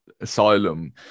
asylum